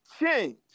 change